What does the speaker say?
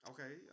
Okay